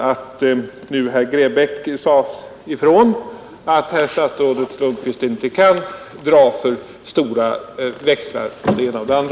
Jag noterar att herr Grebäck sade ifrån att statsrådet Lundkvist inte kan dra för stora växlar på hans uttalande.